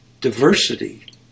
diversity